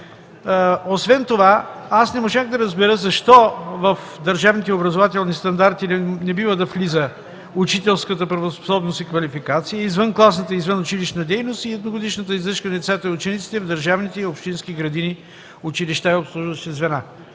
Освен това аз не можах да разбера защо в държавните образователни стандарти не бива да влизат „учителската правоспособност и квалификация”, „извънкласната и извънучилищната дейност” и „едногодишната издръжка на децата и учениците в държавните и общинските градини, училища и обслужващи звена”?